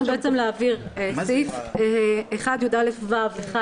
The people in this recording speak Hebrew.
אני רוצה לשאול כמה התמריץ הזה מיושם בפועל?